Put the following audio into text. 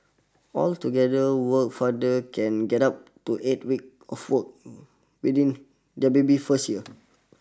altogether work father can get up to eight weeks off work within their baby's first year